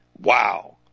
Wow